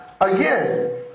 Again